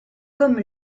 comme